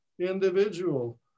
individual